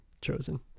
chosen